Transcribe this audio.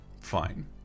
Fine